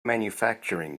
manufacturing